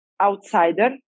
outsider